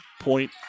Point